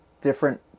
different